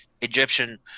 Egyptian